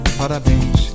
parabéns